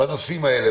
בנושאים האלה.